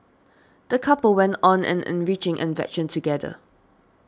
the couple went on an enriching adventure together